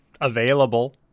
available